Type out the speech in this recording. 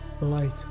light